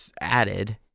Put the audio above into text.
added